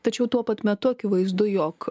tačiau tuo pat metu akivaizdu jog